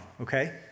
okay